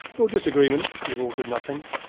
your disagreement could have altered nothing.